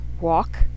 walk